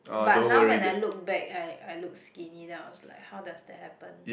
but now when I look back I I looked skinny then I was like how does that happen